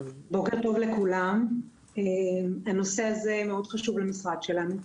בוקר טוב לכולם, הנושא הזה מאוד חשוב למשרד שלנו,